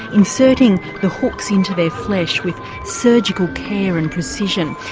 inserting the hooks into their flesh with surgical care and precision.